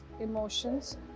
emotions